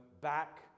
back